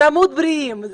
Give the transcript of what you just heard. נמות בריאים.